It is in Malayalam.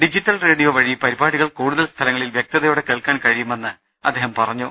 ഡിജിറ്റൽ റേഡിയോ വഴി പരിപാടികൾ കൂടുതൽ സ്ഥല ങ്ങളിൽ വൃക്തതയോടെ കേൾക്കാൻ കഴിയുമെന്ന് അദ്ദേഹം പറഞ്ഞു